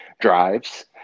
drives